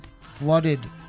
flooded